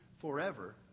forever